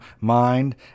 mind